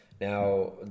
now –